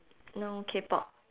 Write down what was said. now Kpop